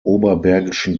oberbergischen